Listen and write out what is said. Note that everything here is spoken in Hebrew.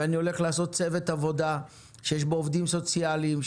להקים צוות עבודה שיש בו עובדים סוציאליים,